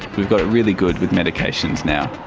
we've got it really good with medications now.